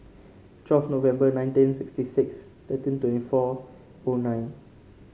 twelfth November nineteen sixty six thirteen twenty four O nine